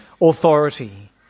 authority